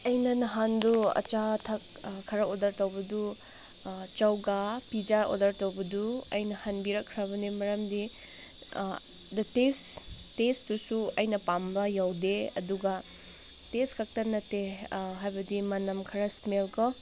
ꯑꯩꯅ ꯅꯍꯥꯟꯗꯣ ꯑꯆꯥ ꯑꯊꯛ ꯈꯔ ꯑꯣꯗꯔ ꯇꯧꯕꯗꯨ ꯆꯧꯒ ꯄꯤꯖꯥ ꯑꯣꯗꯔ ꯇꯧꯕꯗꯨ ꯑꯩꯅ ꯍꯟꯕꯤꯔꯛꯈ꯭ꯔꯕꯅꯦ ꯃꯔꯝꯗꯤ ꯗ ꯇꯦꯁ ꯇꯦꯁꯇꯨꯁꯨ ꯑꯩꯅ ꯄꯥꯝꯕ ꯌꯧꯗꯦ ꯑꯗꯨꯒ ꯇꯦꯁꯈꯛꯇ ꯅꯠꯇꯦ ꯍꯥꯏꯕꯗꯤ ꯃꯅꯝ ꯈꯔ ꯏꯁꯃꯦꯜ ꯀꯣ